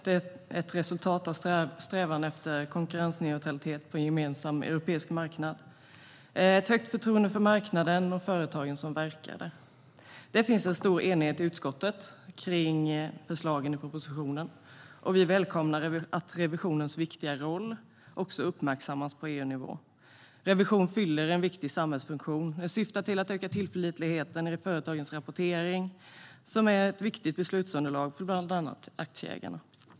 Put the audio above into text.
Det är ett resultat av strävan efter konkurrensneutralitet på en gemensam europeisk marknad och efter ett högt förtroende för marknaden och de företag som verkar där. Det finns i utskottet en stor enighet om förslagen i propositionen, och vi välkomnar att revisionens viktiga roll också uppmärksammas på EU-nivå. Revisionen fyller en viktig samhällsfunktion. Den syftar till att öka tillförlitligheten i företagens rapportering, som är ett viktigt beslutsunderlag för bland annat aktieägarna.